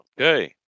Okay